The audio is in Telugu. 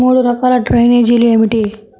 మూడు రకాల డ్రైనేజీలు ఏమిటి?